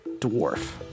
dwarf